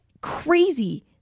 crazy